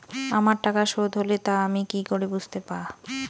আমার টাকা শোধ হলে তা আমি কি করে বুঝতে পা?